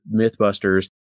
Mythbusters